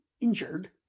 injured